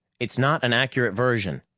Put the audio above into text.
it's not an accurate version.